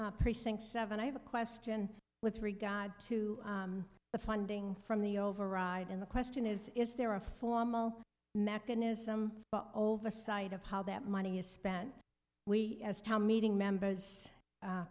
ian precinct seven i have a question with regard to the funding from the override and the question is is there a formal mechanism oversight of how that money is spent we asked how meeting members